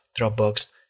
Dropbox